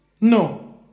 No